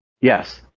yes